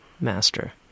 Master